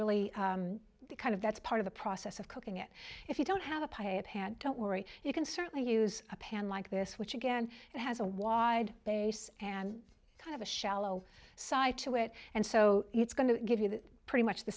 really kind of that's part of the process of cooking it if you don't have a pant don't worry you can certainly use a pan like this which again has a wide base and kind of a shallow side to it and so it's going to give you that pretty much the